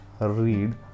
read